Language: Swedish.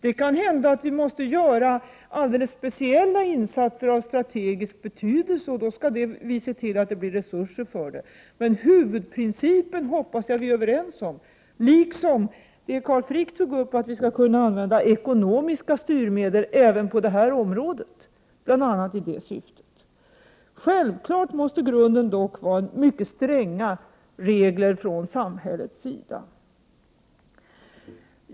Det kan hända att vi måste göra speciella insatser av strategisk betydelse, och i så fall skall vi se till att nödvändiga resurser ställs till förfogande. Men jag hoppas vi är överens om huvudprincipen, liksom att vi skall kunna använda ekonomiska styrmedel även på detta område. Självfallet måste grunden vara mycket stränga regler från samhällets sida.